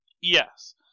Yes